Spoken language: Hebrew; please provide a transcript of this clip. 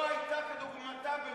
לא היתה כדוגמתה במדינת ישראל.